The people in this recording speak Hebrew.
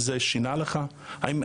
האם זה שינה אצלך משהו?